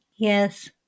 Yes